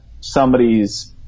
somebody's